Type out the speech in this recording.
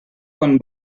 quan